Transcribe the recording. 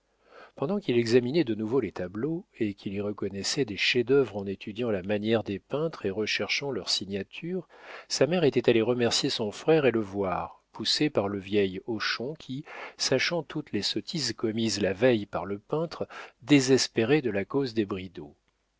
pendant qu'il examinait de nouveau les tableaux et qu'il y reconnaissait des chefs-d'œuvre en étudiant la manière des peintres et recherchant leurs signatures sa mère était allée remercier son frère et le voir poussée par le vieil hochon qui sachant toutes les sottises commises la veille par le peintre désespérait de la cause des bridau